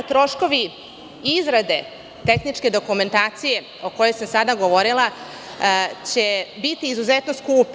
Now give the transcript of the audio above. Ti troškovi izrade tehničke dokumentacije, o kojoj sam sada govorila, će biti izuzetno skupi.